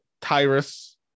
Tyrus